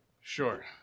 Sure